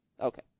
Okay